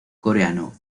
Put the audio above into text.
coreano